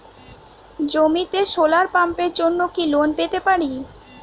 জমিতে সোলার পাম্পের জন্য কি লোন পেতে পারি?